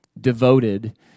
devoted